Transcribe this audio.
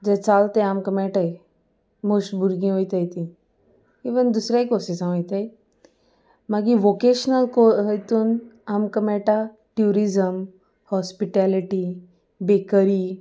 जे चल ते आमकां मेळटाय मोश्ट भुरगीं वोयताय तीं इवन दुसऱ्या कोर्सीसां वयताय मागीर वोकेशनल को हतून आमकां मेळटा ट्युरिजम हॉस्पिटेलिटी बेकरी